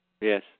Yes